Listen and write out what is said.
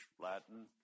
Latin